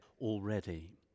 already